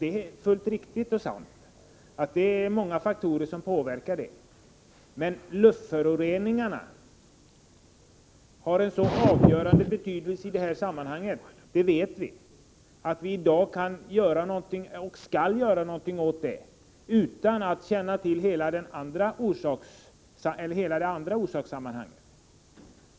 Det är riktigt att det är många faktorer som spelar in, men luftföroreningarna har en så avgörande betydelse i det här sammanhanget, det vet vi, att vi i dag kan, och skall, göra något åt dem, trots att vi inte känner till hela orsakssammanhanget.